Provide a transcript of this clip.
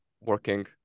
working